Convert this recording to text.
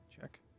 check